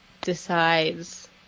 decides